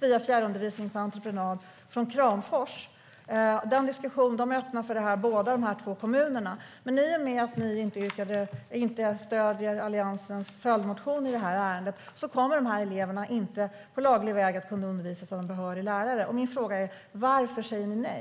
via fjärrundervisning på entreprenad från Kramfors är båda kommunerna öppna för diskussion. Men i och med att ni inte stöder Alliansens följdmotion i detta ärende, Daniel Riazat, kommer dessa elever inte att kunna undervisas av en behörig lärare på laglig väg. Min fråga är: Varför säger ni nej?